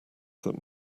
that